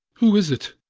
who is it?